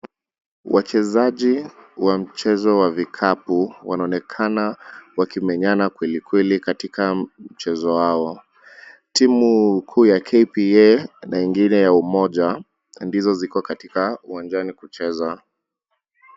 Wachezaji wa mchezo wa vikapu wanaonekana wakimenyana kweli kweli katika mchezo wao. Timu kuu ya KPA na ingine ya Umoja ndizo ziko katika uwanjani kucheza.